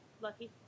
lucky